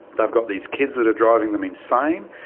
they've got these kids that are driving them insane.